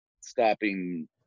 stopping